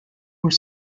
were